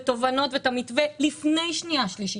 את התובנות ואת המתווה לפני קריאה שנייה ושלישית.